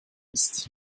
ist